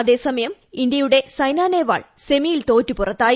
അതേസമയം ഇന്ത്യയുടെ സൈനാ നെഹ്വാൾ സെമിയിൽ തോറ്റു പുറത്തായി